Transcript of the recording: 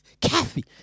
Kathy